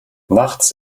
nachts